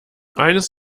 eines